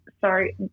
sorry